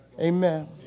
Amen